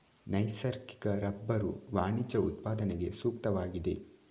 ನೈಸರ್ಗಿಕ ರಬ್ಬರು ವಾಣಿಜ್ಯ ಉತ್ಪಾದನೆಗೆ ಸೂಕ್ತವಾಗಿದೆ